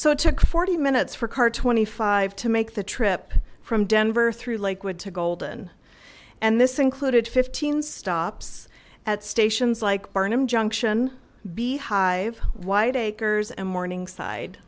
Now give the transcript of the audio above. so it took forty minutes for car twenty five to make the trip from denver through lakewood to golden and this included fifteen stops at stations like barnum junction beehive white acres and morningside